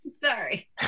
sorry